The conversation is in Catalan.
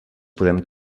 podem